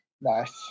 Nice